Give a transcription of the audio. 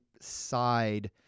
side